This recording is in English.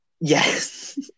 Yes